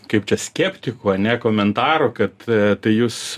kaip čia skeptikų ane komentarų kad tai jūs